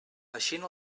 eixint